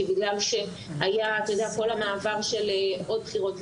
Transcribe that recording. אתה יודע כל המעבר של עוד בחירות,